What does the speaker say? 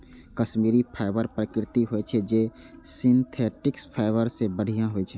Kashmiri fibre प्राकृतिक होइ छै, जे सिंथेटिक फाइबर सं बढ़िया होइ छै